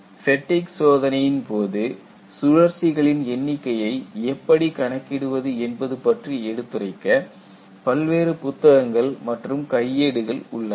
fatigue சோதனையின்போது சுழற்சிகளின் எண்ணிக்கையை எப்படி கணக்கிடுவது என்பது பற்றி எடுத்துரைக்க பல்வேறு புத்தகங்கள் மற்றும் கையேடுகள் உள்ளன